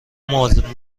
موظف